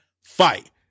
fight